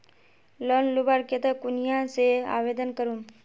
Loan लुबार केते कुनियाँ से आवेदन करूम?